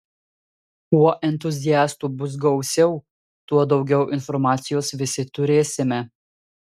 kuo entuziastų bus gausiau tuo daugiau informacijos visi turėsime